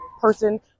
person